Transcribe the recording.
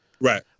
Right